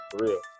real